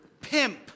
Pimp